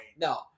No